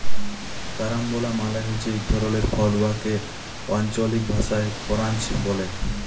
carambola মালে হছে ইক ধরলের ফল উয়াকে আল্চলিক ভাষায় কারান্চ ব্যলে